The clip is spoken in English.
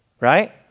right